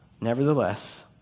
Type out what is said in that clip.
Nevertheless